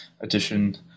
edition